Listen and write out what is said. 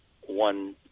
one